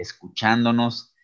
escuchándonos